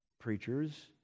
preachers